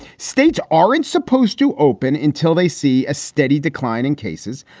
states aren't supposed to open until they see a steady decline in cases.